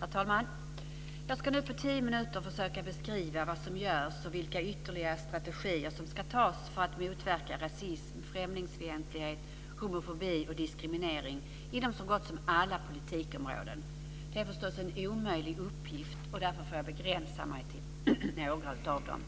Herr talman! Jag ska nu på tio minuter försöka beskriva vad som görs och vilka ytterligare strategier som ska antas för att motverka rasism, främlingsfientlighet, homofobi och diskriminering inom så gott som alla politikområden. Det är förstås en omöjlig uppgift, och därför får jag begränsa mig till några områden.